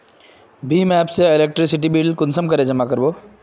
भीम app से electricity bill कुंसम करे जमा कर बो?